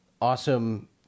awesome